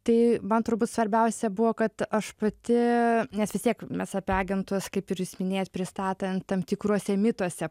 tai man turbūt svarbiausia buvo kad aš pati nes vis tiek mes apie agentus kaip ir jūs minėjot pristatant tam tikruose mituose